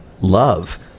love